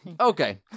Okay